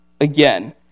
again